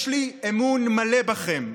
יש לי אמון מלא בכם,